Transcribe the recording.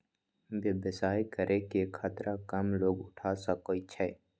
व्यवसाय करे के खतरा कम लोग उठा सकै छै